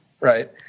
right